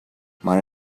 might